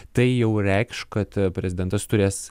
tai jau reikš kad prezidentas turės